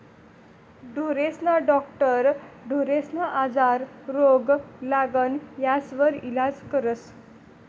ढोरेस्ना डाक्टर ढोरेस्ना आजार, रोग, लागण यास्वर इलाज करस